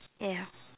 ya